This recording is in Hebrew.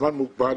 הזמן מוגבל,